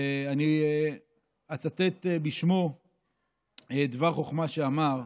ואני אצטט בשמו דבר חוכמה שאמר.